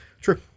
True